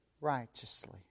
righteously